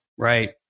Right